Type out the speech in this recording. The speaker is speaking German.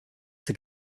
zur